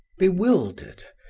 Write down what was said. bewildered,